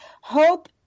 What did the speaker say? Hope